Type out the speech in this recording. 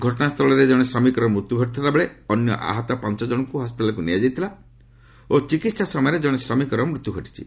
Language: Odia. ଘଟଣା ସ୍ଥଳରେ ଜଣେ ଶ୍ରମିକର ମୃତ୍ୟୁ ଘଟିଥିଲା ବେଳେ ଅନ୍ୟ ଆହତ ପାଞ୍ଚ ଜଣଙ୍କୁ ହସ୍କିଟାଲ୍କୁ ନିଆଯାଇଥିଲା ଓ ଚିକିତ୍ସା ସମୟରେ କଣେ ଶ୍ରମିକଙ୍କର ମୃତ୍ୟୁ ଘଟିଛି